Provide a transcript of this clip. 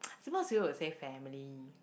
most people will say family